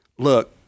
look